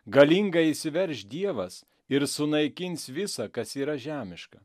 galingai įsiverš dievas ir sunaikins visa kas yra žemiška